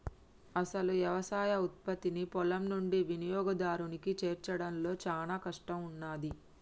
అసలు యవసాయ ఉత్పత్తిని పొలం నుండి వినియోగదారునికి చేర్చడంలో చానా కష్టం ఉన్నాది